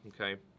Okay